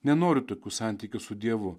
nenoriu tokių santykių su dievu